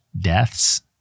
deaths